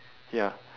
ya